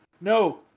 No